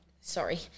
Sorry